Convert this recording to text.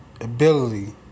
ability